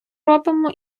робимо